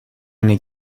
اینه